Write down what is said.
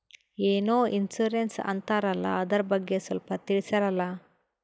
ಏನೋ ಇನ್ಸೂರೆನ್ಸ್ ಅಂತಾರಲ್ಲ, ಅದರ ಬಗ್ಗೆ ಸ್ವಲ್ಪ ತಿಳಿಸರಲಾ?